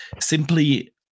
simply